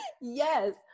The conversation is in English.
Yes